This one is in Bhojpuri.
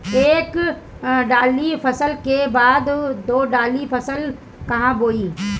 एक दाली फसल के बाद दो डाली फसल काहे बोई?